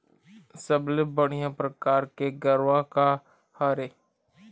सबले बढ़िया परकार के गरवा का हर ये?